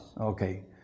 Okay